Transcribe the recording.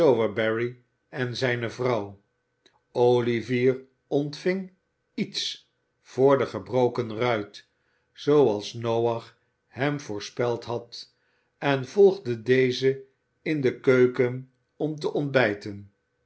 sowerberry en zijne vrouw olivier ontving iets voor de gebrokene ruit zooals noach hem voorspeld had en volgde dezen in de keuken om te ontbijten